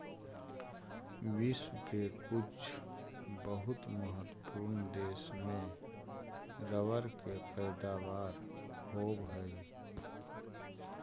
विश्व के कुछ बहुत महत्त्वपूर्ण देश में रबर के पैदावार होवऽ हइ